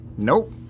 Nope